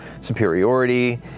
superiority